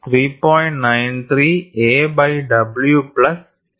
93 a by w plus 2